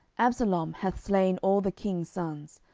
absalom hath slain all the king's sons,